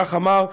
כך אמר,